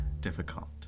difficult